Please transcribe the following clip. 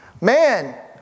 Man